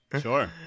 Sure